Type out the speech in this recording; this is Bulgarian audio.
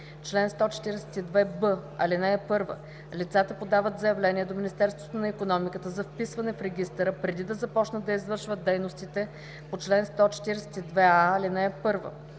Чл. 142б. (1) Лицата подават заявление до Министерството на икономиката за вписване в регистъра преди да започнат да извършват дейностите по чл. 142a, ал. 1.